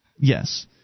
Yes